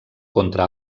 contra